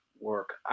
work